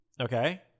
Okay